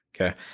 Okay